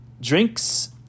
drinks